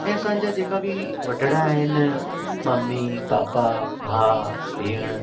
ऐं असांजा जेका भी वॾेरा आहिनि मम्मी पापा भाउ भेण